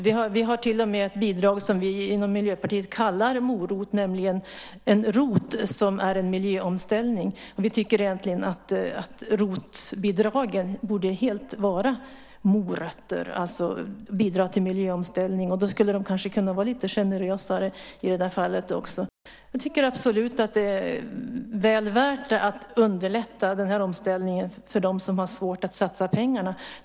Vi har till och med ett bidrag som vi inom Miljöpartiet kallar morot, nämligen en "rot" som är en miljöomställning. Vi tycker att ROT-bidragen borde vara morötter, det vill säga bidra till miljöomställning. Då skulle de kanske vara lite generösare. Det är väl värt att underlätta omställningen för dem som har svårt att satsa pengarna.